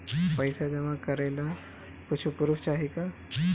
पैसा जमा करे ला कुछु पूर्फ चाहि का?